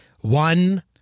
one